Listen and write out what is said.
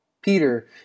Peter